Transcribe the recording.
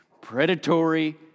predatory